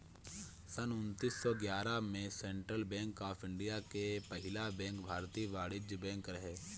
सन्न उन्नीस सौ ग्यारह में सेंट्रल बैंक ऑफ़ इंडिया के पहिला बैंक भारतीय वाणिज्यिक बैंक रहे